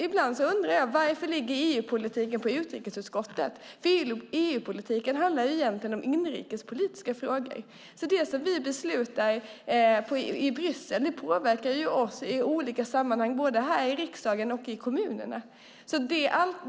Ibland undrar jag varför EU-politiken ligger på utrikesutskottet. EU-politiken handlar ju egentligen om inrikespolitiska frågor. Det vi beslutar i Bryssel påverkar oss i olika sammanhang, både här i riksdagen och i kommunerna.